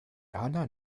erna